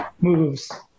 moves